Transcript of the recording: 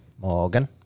Morgan